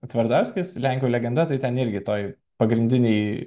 tvardovskis lenkų legenda tai ten irgi toj pagrindinėj